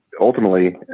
ultimately